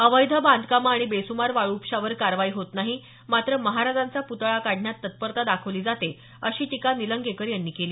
अवैध बांधकामे आणि बेस्मार वाळू उपशावर कारवाई होत नाही मात्र महाराजांचा पुतळा काढण्यात तत्परता दाखवली जाते अशी टीका निलंगेकर यांनी केली